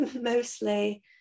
mostly